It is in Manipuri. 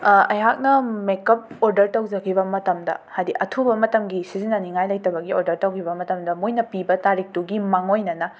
ꯑꯩꯍꯥꯛꯅ ꯃꯦꯀꯞ ꯑꯣꯗꯔ ꯇꯧꯖꯈꯤꯕ ꯃꯇꯝꯗ ꯍꯥꯏꯗꯤ ꯑꯊꯨꯕ ꯃꯇꯝꯒꯤ ꯁꯤꯖꯟꯅꯅꯤꯉꯥꯏ ꯂꯩꯇꯕꯒꯤ ꯑꯣꯔꯗꯔ ꯇꯧꯒꯤꯕ ꯃꯇꯝꯗ ꯃꯣꯏꯅ ꯄꯤꯕ ꯇꯥꯔꯤꯛꯇꯨꯒꯤ ꯃꯥꯡꯑꯣꯅꯅ